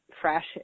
fresh